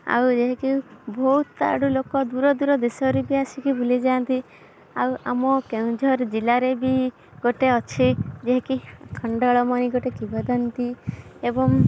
ଆଉ ବହୁତ ଆଡ଼ୁ ଲୋକ ଦୂର ଦୂର ଦେଶରୁ ଆସିକି ବୁଲିଯାନ୍ତି ଆଉ ଆମ କେନ୍ଦୁଝର ଜିଲ୍ଲାରେ ବି ଗୋଟେ ଅଛି ଯାହାକି ଆଖଣ୍ଡଳମଣି ଗୋଟେ କିମ୍ବଦନ୍ତୀ ଏବଂ